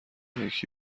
یکی